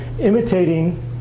imitating